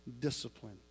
discipline